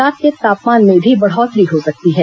रात के तापमान में भी बढ़ोत्तरी हो सकती है